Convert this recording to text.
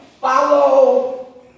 Follow